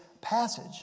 passage